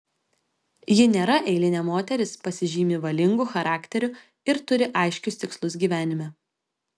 ji nėra eilinė moteris pasižymi valingu charakteriu ir turi aiškius tikslus gyvenime